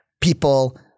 people